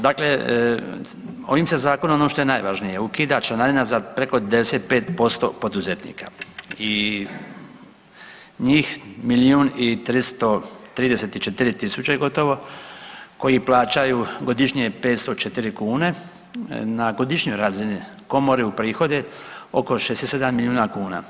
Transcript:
Dakle, ovim se Zakonom, ono što je najvažnije, ukida članarina za preko 95% poduzetnika i njih milijun i 334 tisuće gotovo, koji plaćaju godišnje 504 kune na godišnjoj razini Komore uprihode oko 67 milijuna kuna.